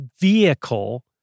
vehicle